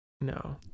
no